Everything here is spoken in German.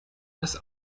das